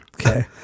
Okay